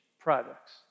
products